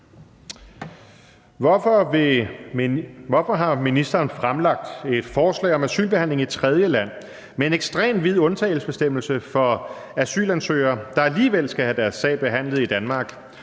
Hvorfor har ministeren fremlagt et forslag om asylbehandling i tredjeland med en ekstremt vid undtagelsesbestemmelse for asylansøgere, der alligevel skal have deres sag behandlet i Danmark,